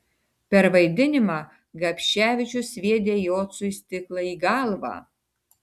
per vaidinimą gapševičius sviedė jocui stiklą į galvą